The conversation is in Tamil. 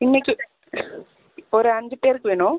இன்னைக்கு ஒரு அஞ்சு பேருக்கு வேணும்